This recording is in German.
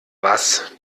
was